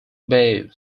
bay